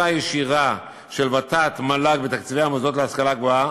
הישירה של ות"ת-מל"ג בתקציבי המוסדות להשכלה גבוהה,